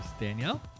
Danielle